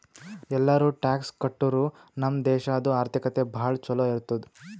ಎಲ್ಲಾರೂ ಟ್ಯಾಕ್ಸ್ ಕಟ್ಟುರ್ ನಮ್ ದೇಶಾದು ಆರ್ಥಿಕತೆ ಭಾಳ ಛಲೋ ಇರ್ತುದ್